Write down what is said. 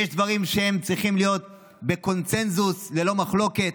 שיש דברים שצריכים להיות בקונסנזוס, ללא מחלוקת.